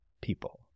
people